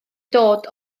dod